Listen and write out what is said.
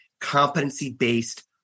competency-based